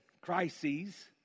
Crises